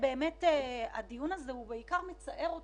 הדיון הזה בעיקר מצער אותי,